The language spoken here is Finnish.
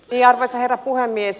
arvoisa herra puhemies